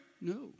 No